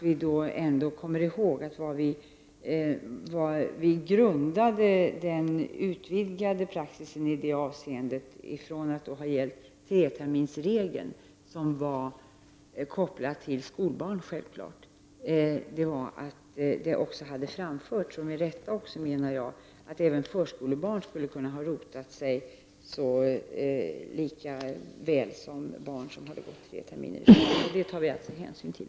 Vi grundar den utvidgade praxisen i det avseendet — tidigare har gällt den treterminsregel som är kopplad till barnens skolgång — på att det med rätta har framförts att även förskolebarn kan ha rotat sig lika väl som barn som har gått tre terminer i skolan. Detta tar vi alltså nu hänsyn till.